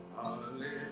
Hallelujah